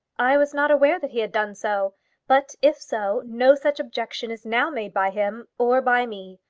i was not aware that he had done so but, if so, no such objection is now made by him or by me.